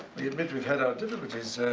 we admit we've had our difficulties